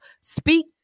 speak